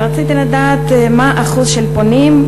רציתי לדעת מהו אחוז הפונים,